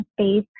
space